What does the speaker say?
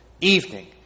Evening